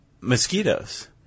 mosquitoes